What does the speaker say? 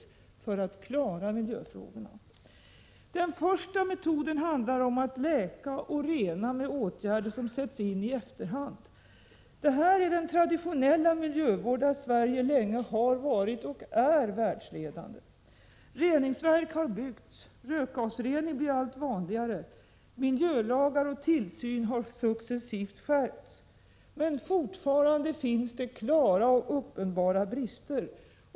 Den första metoden handlar om att läka och rena med åtgärder som sätts in i efterhand. Det är den traditionella miljövård där Sverige länge har varit och är världsledande. Reningsverk har byggts. Rökgasrening blir allt vanligare. Miljölagar och tillsyn har successivt skärpts. Men fortfarande finns det klara och uppenbara brister.